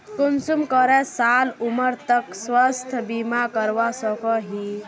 कुंसम करे साल उमर तक स्वास्थ्य बीमा करवा सकोहो ही?